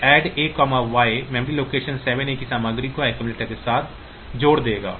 फिर ADD A Y memory location 7A की सामग्री को अक्सुमुलेटर के साथ जोड़ देगा